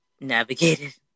navigated